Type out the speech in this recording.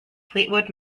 fleetwood